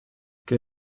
que